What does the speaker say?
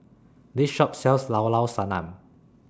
This Shop sells Llao Llao Sanum